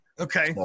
Okay